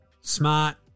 smart